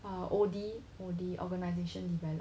ah O_D O_D organisation development